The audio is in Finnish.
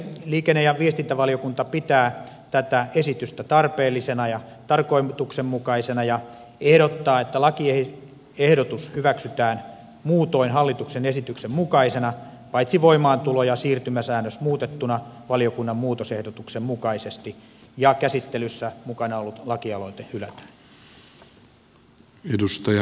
liikenne ja viestintävaliokunta pitää tätä esitystä tarpeellisena ja tarkoituksenmukaisena ja ehdottaa että lakiehdotus hyväksytään muutoin hallituksen esityksen mukaisena paitsi voimaantulo ja siirtymäsäännös muutettuna valiokunnan muutosehdotuksen mukaisesti ja käsittelyssä mukana ollut lakialoite hylätään